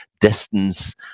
distance